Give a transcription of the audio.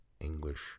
English